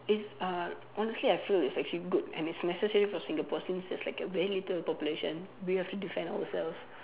it's uh honestly I feel it's actually good and it's necessary for Singapore since there's like a very little population we have to defend ourselves